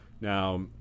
Now